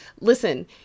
listen